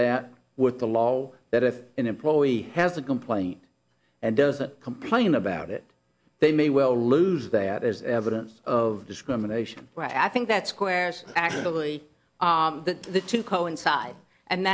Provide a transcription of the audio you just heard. that with the law that if an employee has a complaint and doesn't complain about it they may well lose that is evidence of discrimination but i think that squares actually that the to coincide and